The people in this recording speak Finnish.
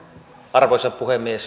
arvoisa puhemies